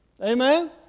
Amen